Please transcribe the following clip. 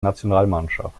nationalmannschaft